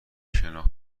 شناخت